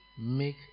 make